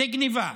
זו גנבה,